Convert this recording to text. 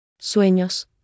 Sueños